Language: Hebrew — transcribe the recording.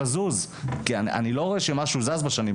או שיגידו שלא צריך לדון כי בכל מקרה זה ילד של החינוך המיוחד,